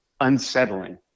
unsettling